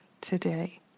today